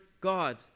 God